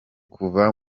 kuva